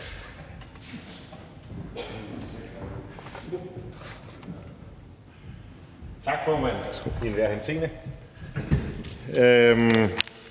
Tak, formand